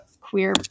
queer